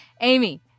Amy